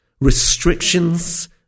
restrictions